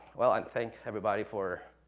well, i thank everybody for